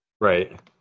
right